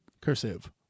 Cursive